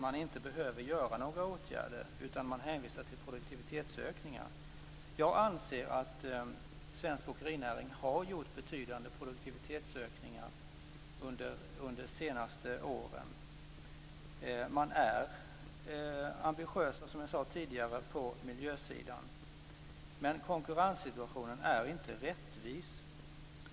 Man anser nämligen att några åtgärder inte behöver vidtas utan hänvisar till produktivitetsökningar. Jag anser att svensk åkerinäring har gjort betydande produktivitetsökningar under de senaste åren. Åkerinäringen är, som jag tidigare sade, ambitiös på miljösidan. Men konkurrenssituationen är inte rättvis.